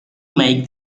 make